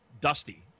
dusty